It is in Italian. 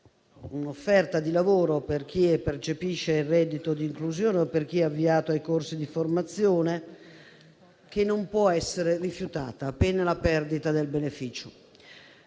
un'offerta di lavoro per chi percepisce il reddito di inclusione o per chi è avviato ai corsi di formazione, che non può essere rifiutata, pena la perdita del beneficio.